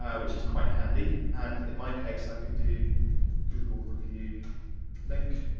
which is quite handy, and in my case, i can do google review link,